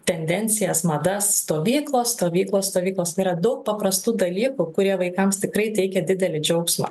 tendencijas madas stovyklos stovyklos stovyklos yra daug paprastų dalykų kurie vaikams tikrai teikia didelį džiaugsmą